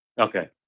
Okay